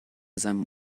seinem